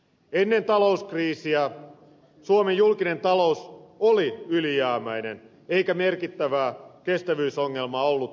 ennen talouskriisiä suomen julkinen talous oli ylijäämäinen eikä merkittävää kestävyysongelmaa ollut havaittavissa